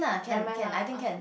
never mind lah or